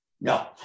No